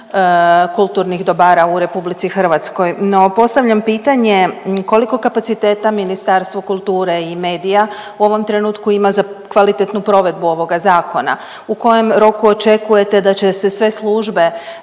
kulturnih dobara u RH. No postavljam pitanje, koliko kapaciteta Ministarstvo kulture i medija u ovom trenutku ima za kvalitetnu provedbu ovoga zakona, u kojem roku očekujete da će se sve službe